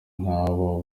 nk’abo